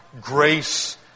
grace